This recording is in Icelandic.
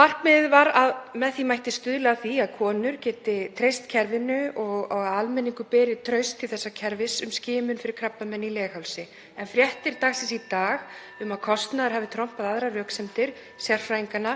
Markmiðið var að með því mætti stuðla að því að konur geti treyst kerfinu og að almenningur beri traust til þessa kerfis um skimun fyrir krabbameini í leghálsi. En fréttir dagsins í dag, um að kostnaður hafi trompað aðrar röksemdir sérfræðinganna,